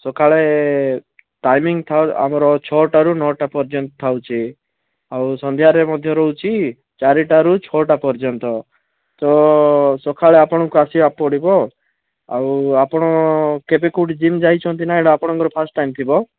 ସକାଳେ ଟାଇମିଙ୍ଗ୍ ଥାଇ ଆମର ଛଅଟାରୁ ନଅଟା ପର୍ଯ୍ୟନ୍ତ ଥାଉଛି ଆଉ ସନ୍ଧ୍ୟାରେ ମଧ୍ୟ ରହୁଛି ଚାରିଟାରୁ ଛଅଟା ପର୍ଯ୍ୟନ୍ତ ତ ସକାଳେ ଆପଣଙ୍କୁ ଆସିବାକୁ ପଡ଼ିବ ଆଉ ଆପଣ କେବେ କେଉଁଠି ଜିମ୍ ଯାଇଛନ୍ତି ନା ଏଇଟା ଆପଣଙ୍କର ଫାର୍ଷ୍ଟ ଟାଇମ୍ ଥିବ